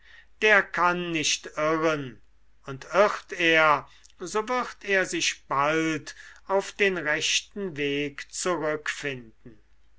der kann nicht irren und irrt er so wird er sich bald auf den rechten weg zurückfinden